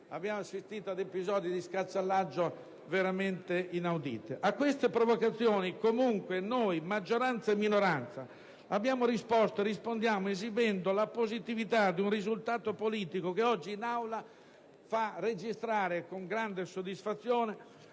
abbiamo assistito ad episodi di sciacallaggio davvero inauditi. A queste provocazioni comunque, come maggioranza e minoranza, abbiamo risposto e rispondiamo esibendo la positività di un risultato politico che oggi in Aula fa registrare con grande soddisfazione